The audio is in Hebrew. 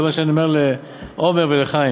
זה מה שאני אומר לעמר ולחיים.